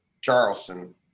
Charleston